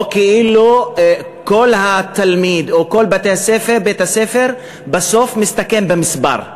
או כאילו כל התלמיד או כל בית-הספר בסוף מסתכם במספר,